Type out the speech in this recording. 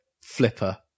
flipper